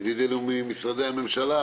ידידינו ממשרדי הממשלה,